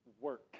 work